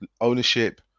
ownership